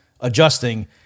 adjusting